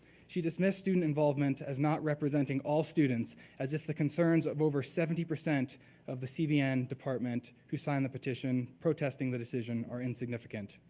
she dismissed student involvement as not representing all students as if the concerns of over seventy percent of the cbn department who signed the petition, protesting the decision are insignificant.